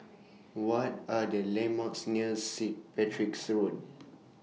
What Are The landmarks near Sit Patrick's Road